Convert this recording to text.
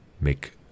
make